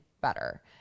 better